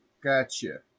Gotcha